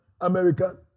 American